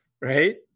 Right